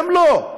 הם לא.